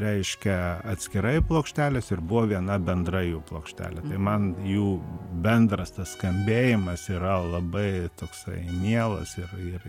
reiškia atskirai plokštelės ir buvo viena bendra jų plokštelė man jų bendras tas skambėjimas yra labai toksai mielas ir ir